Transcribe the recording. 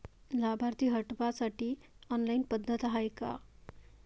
लाभार्थी हटवासाठी ऑनलाईन पद्धत हाय का?